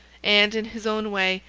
and, in his own way,